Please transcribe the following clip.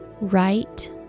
Right